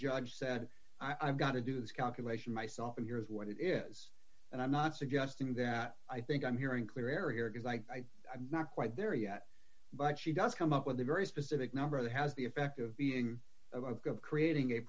judge said i've got to do this calculation myself and here is what it is and i'm not suggesting that i think i'm hearing clear here because i i'm not quite there yet but she does come up with a very specific number that has the effect of being a creating a